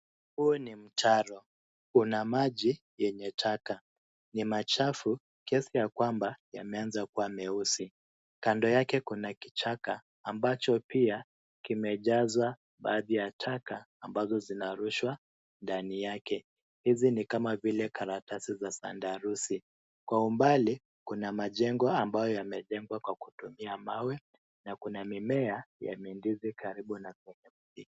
Huu ni mtaro una maji yenye taka ni machafu kiasi ya kwamba yameanza kuwa mweusi ,kando yake kuna kichaka ambacho pia kimejaza baadhi ya taka ambazo zinarushwa ndani yake hizi ni kama vile karatasi za sandarusi, kwa umbali kuna majengo ambayo yamejengwa kwa kutumia mawe na kuna mimea ya mindizi karibu.